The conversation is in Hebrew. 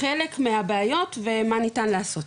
חלק מהבעיות ומה ניתן לעשות.